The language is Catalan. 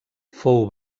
fou